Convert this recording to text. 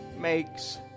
makes